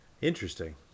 Interesting